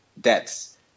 debts